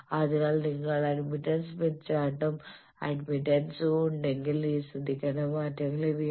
അതിനാൽ നിങ്ങൾക്ക് admittance Smith ചാർട്ടും അഡ്മിറ്റൻസും ഉണ്ടെങ്കിൽ ശ്രദ്ധിക്കേണ്ട മാറ്റങ്ങൾ ഇവയാണ്